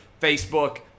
Facebook